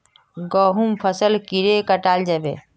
गहुम फसल कीड़े कटाल जाबे?